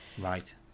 Right